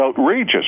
outrageous